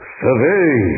survey